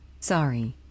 Sorry